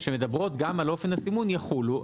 שמדברות גם על אופן הסימון יחולו.